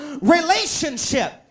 relationship